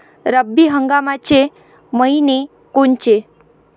रब्बी हंगामाचे मइने कोनचे?